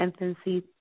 infancy